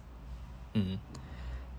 mmhmm